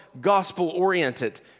gospel-oriented